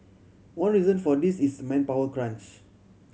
one reason for this is manpower crunch